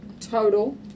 total